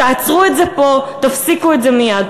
תעצרו את זה פה, תפסיקו את זה מייד.